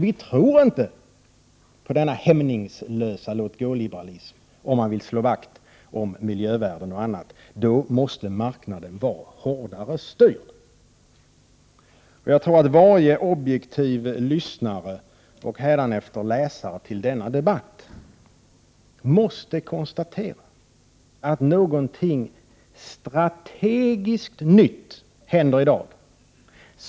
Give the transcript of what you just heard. Vi tror inte på denna hämningslösa låt-gå-liberalism, om man vill slå vakt om miljövärden och annat. Då måste marknaden vara hårdare styrd. Jag tror att varje objektiv lyssnare till, och hädanefter läsare av, denna debatt måste konstatera att någonting strategiskt nytt händer i dag.